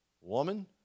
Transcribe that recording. Woman